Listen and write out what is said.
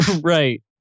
Right